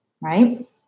right